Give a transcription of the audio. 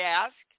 ask